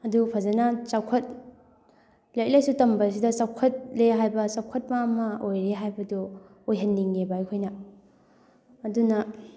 ꯑꯗꯨ ꯐꯖꯅ ꯆꯥꯎꯈꯠ ꯂꯥꯏꯔꯤꯛ ꯂꯥꯏꯁꯨ ꯇꯝꯕꯁꯤꯗ ꯆꯥꯎꯈꯠꯂꯦ ꯍꯥꯏꯕ ꯆꯥꯎꯈꯠꯄ ꯑꯃ ꯑꯣꯏꯔꯦ ꯍꯥꯏꯕꯗꯣ ꯑꯣꯏꯍꯟꯅꯤꯡꯉꯦꯕ ꯑꯩꯈꯣꯏꯅ ꯑꯗꯨꯅ